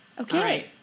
Okay